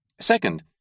Second